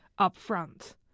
upfront